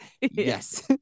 Yes